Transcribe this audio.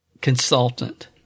consultant